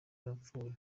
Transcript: bapfuye